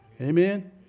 Amen